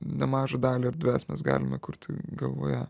nemažą dalį erdvės mes galime kurti galvoje